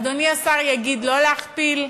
אדוני השר יגיד לא להכפיל,